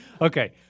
Okay